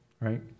right